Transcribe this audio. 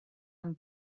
amb